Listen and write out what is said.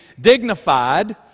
dignified